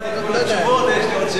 דיברת עם חבר הכנסת אמנון כהן.